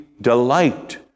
delight